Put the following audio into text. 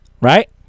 right